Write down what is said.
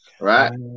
right